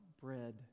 bread